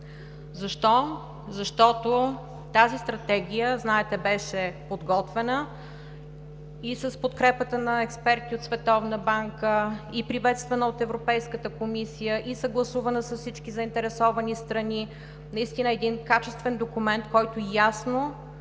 Защо? Защото тази стратегия, знаете, беше подготвена с подкрепата на експерти от Световната банка, приветствана от Европейската комисия и съгласувана с всички заинтересовани страни – наистина един качествен документ, който ясно